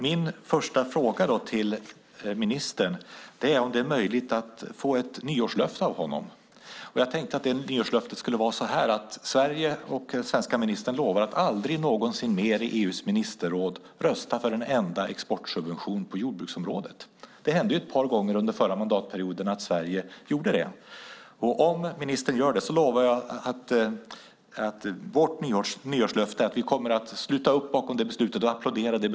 Min första fråga är om det är möjligt att få som nyårslöfte av ministern att Sverige och ministern aldrig någonsin mer i EU:s ministerråd röstar för en enda exportsubvention på jordbruksområdet. Det hände ju ett par gånger under förra mandatperioden att Sverige gjorde det. Om ministern lovar detta blir Vänsterpartiets nyårslöfte att vi kommer att sluta upp bakom det beslutet och applådera det.